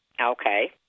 Okay